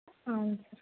అవును సార్